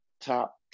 top